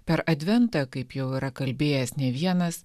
per adventą kaip jau yra kalbėjęs ne vienas